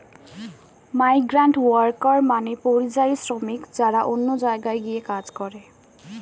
migrant worker মানে পরিযায়ী শ্রমিক যারা অন্য জায়গায় গিয়ে কাজ করে